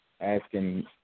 Asking